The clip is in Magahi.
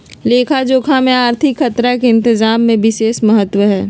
लेखा जोखा में आर्थिक खतरा के इतजाम के विशेष महत्व हइ